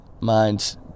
minds